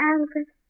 Albert